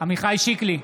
עמיחי שיקלי,